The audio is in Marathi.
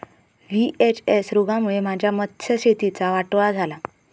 व्ही.एच.एस रोगामुळे माझ्या मत्स्यशेतीचा वाटोळा झाला